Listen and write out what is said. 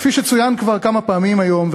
כפי שצוין כבר כמה פעמים היום,